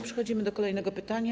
Przechodzimy do kolejnego pytania.